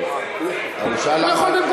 לא, הוא יכול במקומי.